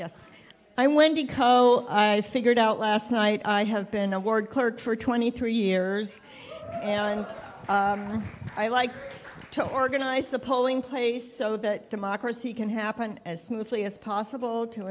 yes i went because i figured out last night i have been a ward clerk for twenty three years and i like to organize the polling place so that democracy can happen as smoothly as possible to